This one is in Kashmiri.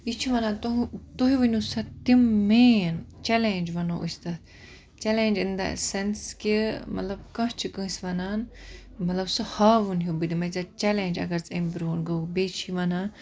یہِ چھُ وَنان تُح تُہۍ ؤنِو سا تِم مین چیٚلینٛج وَنو أسۍ تۅہہِ چیٚلینٛج اِن دَ سیٚنس کہِ مَطلَب کانٛہہ چھُ کٲنٛسہِ وَنان مَطلَب سُہ ہاوُن ہیٚو بہٕ دِمے ژےٚ چیٚلینٛج اَگَر ژٕ امہِ برٛونٛٹھ گوٚوُکھ بیٚیہِ چھُ وَنان